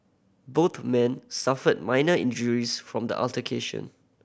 both men suffered minor injuries from the altercation